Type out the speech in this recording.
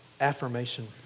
affirmation